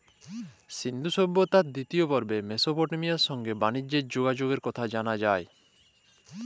সিল্ধু সভ্যতার দিতিয় পর্বে মেসপটেমিয়ার সংগে বালিজ্যের যগাযগের কথা জালা যায়